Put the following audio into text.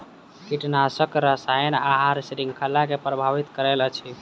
कीटनाशक रसायन आहार श्रृंखला के प्रभावित करैत अछि